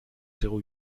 zéro